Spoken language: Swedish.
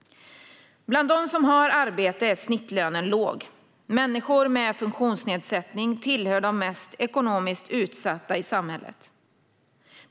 Bland dem som har arbete är snittlönen låg. Människor med funktionsnedsättning tillhör de mest ekonomiskt utsatta i samhället.